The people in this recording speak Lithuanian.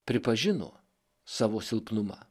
pripažino savo silpnumą